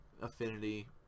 affinity